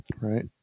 right